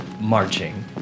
marching